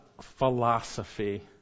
Philosophy